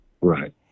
Right